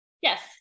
Yes